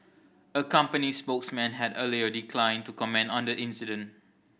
a company spokesman had earlier declined to comment on the incident